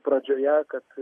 pradžioje kad